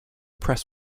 press